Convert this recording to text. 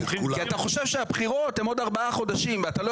כי אתה חושב שהבחירות הן עוד ארבעה חודשים ואתה לא